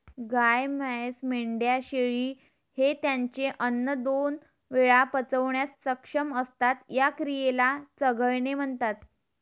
गाय, म्हैस, मेंढ्या, शेळी हे त्यांचे अन्न दोन वेळा पचवण्यास सक्षम असतात, या क्रियेला चघळणे म्हणतात